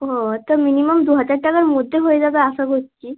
ও তা মিনিমাম দুহাজার টাকার মধ্যে হয়ে যাবে আশা করছি